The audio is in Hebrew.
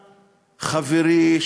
חברי,